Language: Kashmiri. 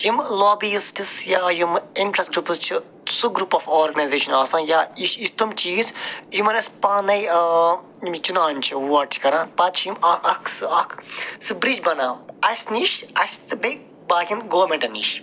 یِمہٕ لابیٖزسٹٕس یا یِمہٕ اِنٛٹرس گرٛوپٕس چھِ سُہ گرٛوپ آف آرگنایزیشن آسان یا یہِ چھِ یِتھۍ تِم چیٖز یِمن أسۍ پانَے چِنان چھِ ووٹ چھِ کَران پتہٕ چھِ یِم اَ اکھ سٕہ اکھ سٕہ برٛج بناو اَسہِ نِش اَسہِ تہٕ بیٚیہِ باقین گومٮ۪نٹن نِش